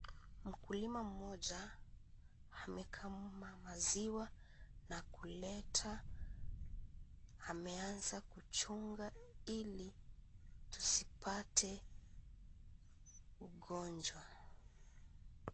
Mkulima moja amekama maziwa na kuleta ameanza kuchunga hili tusipate ugonjwa.